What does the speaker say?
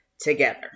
together